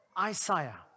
Isaiah